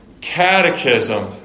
catechism